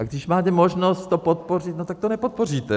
A když máte možnost to podpořit, tak to nepodpoříte.